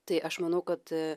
tai aš manau kad a